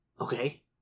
Okay